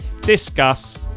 Discuss